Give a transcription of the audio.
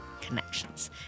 connections